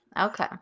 Okay